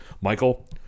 michael